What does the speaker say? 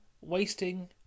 wasting